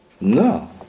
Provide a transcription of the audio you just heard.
No